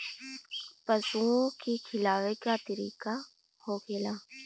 पशुओं के खिलावे के का तरीका होखेला?